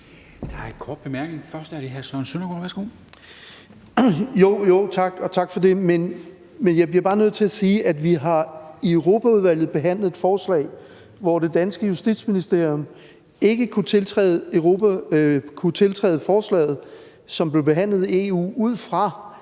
Jeg bliver bare nødt til at sige, at vi i Europaudvalget har behandlet et forslag, hvor det danske Justitsministerium ikke kunne tiltræde forslaget, som blev behandlet i EU, ud fra en